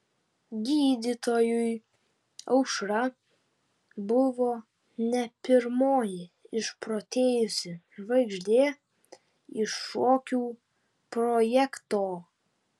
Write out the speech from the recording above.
gydytojui aušra buvo ne pirmoji išprotėjusi žvaigždė iš šokių projekto